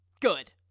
good